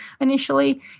initially